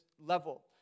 level